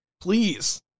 Please